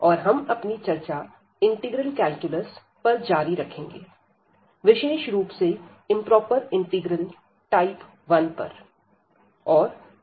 और हम अपनी चर्चा इंटीग्रल कैलकुलस पर जारी रखेंगे विशेष रुप से इंप्रोपर इंटीग्रल टाइप 1 पर